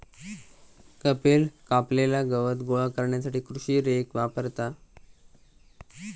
कपिल कापलेला गवत गोळा करण्यासाठी कृषी रेक वापरता